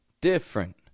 Different